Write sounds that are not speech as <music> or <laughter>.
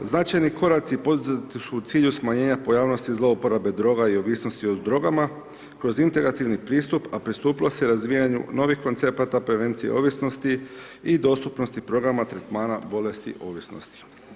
Značajni koraci poduzeti su u cilju smanjenja pojavnosti zlouporabe droga i ovisnosti o drogama, kroz ... <unintelligible> pristup a pristupilo se razvijanju novih koncepata prevencije ovisnosti i dostupnosti programa tretmana bolesti i ovisnosti.